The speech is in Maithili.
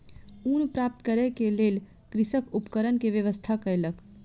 ऊन प्राप्त करै के लेल कृषक उपकरण के व्यवस्था कयलक